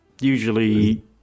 usually